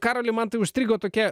karoli man tai užstrigo tokia